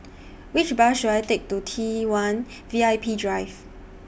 Which Bus should I Take to T one V I P Drive